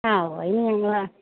ആ ഒ അതിനു നിങ്ങളെ